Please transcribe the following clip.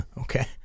Okay